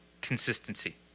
consistency